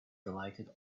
delighted